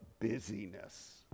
busyness